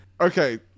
okay